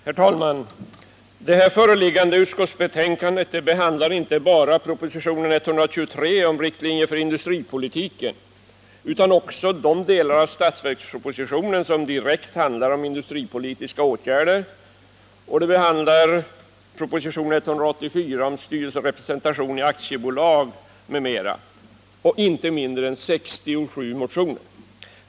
Herr talman! Det föreliggande utskottsbetänkandet behandlar inte bara propositionen 123 om riktlinjer för industripolitiken utan också de delar av vudgetpropositionen som direkt handlar om industripolitiska åtgärder, och det behandlar också propositionen 184 om styrelserepresentation i aktiebolag m.m. och inte mindre än 67 motioner.